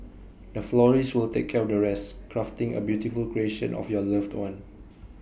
the florist will take care the rest crafting A beautiful creation of your loved one